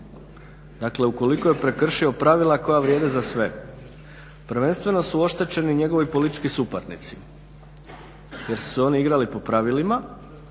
Dakle, ukoliko je prekršio pravila koja vrijede za sve. Prvenstveno su oštećeni njegovi politički suparnici jer su se oni igrali po pravilima,